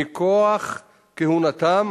מכוח כהונתם,